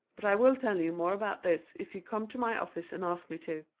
but i will tell you more about this if you come to my office and ask me to.